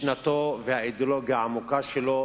משנתו, האידיאולוגיה העמוקה שלו